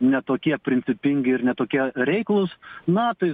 ne tokie principingi ir ne tokie reiklūs na tai